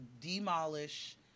demolish